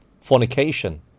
fornication